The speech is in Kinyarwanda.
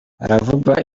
haravugwa